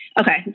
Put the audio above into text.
Okay